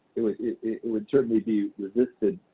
it would it would certainly be resisted